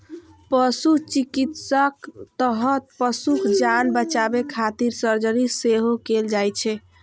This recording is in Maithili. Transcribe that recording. पशु चिकित्साक तहत पशुक जान बचाबै खातिर सर्जरी सेहो कैल जाइ छै